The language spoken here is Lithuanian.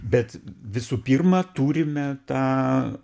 bet visų pirma turime tą